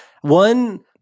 One